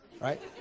right